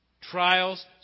Trials